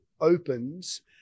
opens